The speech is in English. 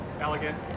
Elegant